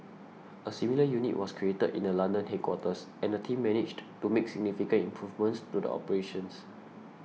a similar unit was created in the London headquarters and the team managed to make significant improvements to the operations